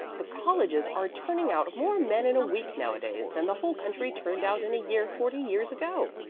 the colleges are turning out more men in a week nowadays than the whole country turned out in a year forty years ago,